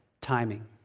timing